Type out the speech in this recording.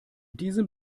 diesem